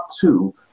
two